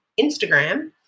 Instagram